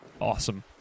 awesome